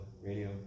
Radio